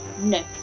No